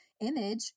image